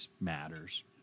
matters